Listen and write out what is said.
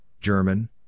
German